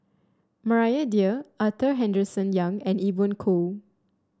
Maria Dyer Arthur Henderson Young and Evon Kow